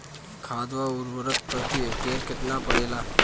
खाध व उर्वरक प्रति हेक्टेयर केतना पड़ेला?